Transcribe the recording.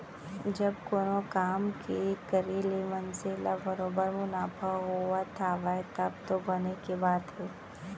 जब कोनो काम के करे ले मनसे ल बरोबर मुनाफा होवत हावय तब तो बने के बात हे